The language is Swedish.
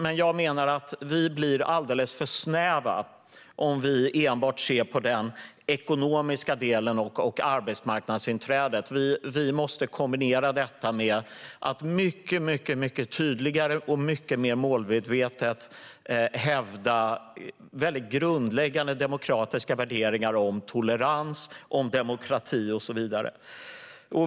Men jag menar att vi blir alldeles för snäva om vi enbart ser på den ekonomiska delen och arbetsmarknadsinträdet. Vi måste kombinera detta med att mycket tydligare och mycket mer målmedvetet hävda grundläggande demokratiska värderingar om tolerans, demokrati och så vidare.